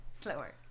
Slower